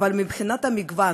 אבל מבחינת המגוון,